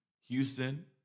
Houston